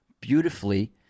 beautifully